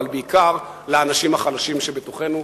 אבל בעיקר לאנשים החלשים שבתוכנו.